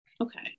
Okay